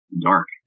dark